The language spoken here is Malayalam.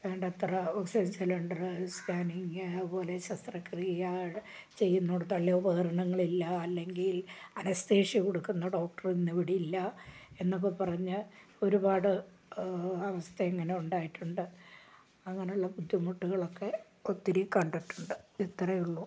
വേണ്ടത്ര ഓക്സിജൻ സിലിണ്ടർ സ്കാനിങ് അതുപോലെ ശസ്ത്രക്രിയ ചെയ്യുന്നിടത്ത് അല്ലേ ഉപകരണങ്ങൾ ഇല്ല അല്ലെങ്കിൽ അനസ്തേഷ്യ കൊടുക്കുന്ന ഡോക്ടർ ഇന്ന് ഇവിടെയില്ല എന്നൊക്കെ പറഞ്ഞ് ഒരുപാട് അവസ്ഥ ഇങ്ങനെ ഉണ്ടായിട്ടുണ്ട് അങ്ങനെയുള്ള ബുദ്ധിമുട്ടുകളൊക്കെ ഒത്തിരി കണ്ടിട്ടുണ്ട് ഇത്രയേ ഉള്ളൂ